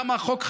כמה החוק חשוב.